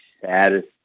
saddest